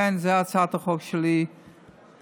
זו הצעת החוק שלי לכנסת.